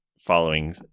following